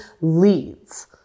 leads